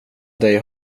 dig